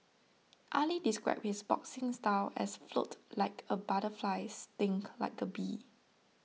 Ali described his boxing style as float like a butterfly sting like a bee